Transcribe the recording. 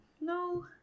no